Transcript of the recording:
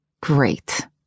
Great